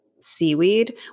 seaweed